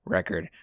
Record